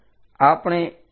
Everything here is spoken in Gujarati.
આપણે A ને જ જોઈ શકીએ